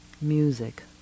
music